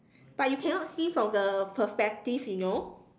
but you cannot see from the perspective you know